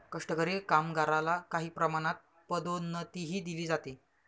कष्टकरी कामगारला काही प्रमाणात पदोन्नतीही दिली जाते